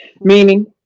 meaning